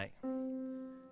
tonight